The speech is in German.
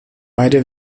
beide